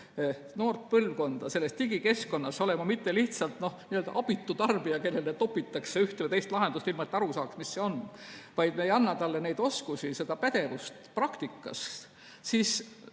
noort põlvkonda digikeskkonnas olema mitte lihtsalt abitu tarbija, kellele topitakse ühte või teist lahendust, ilma et ta aru saaks, mis see on, kui me ei anna neid oskusi, seda pädevust praktikas, siis